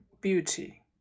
beauty